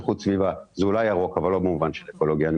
זה אולי ירוק, אבל לא במובן של אקולוגיה.